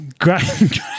Great